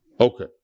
Okay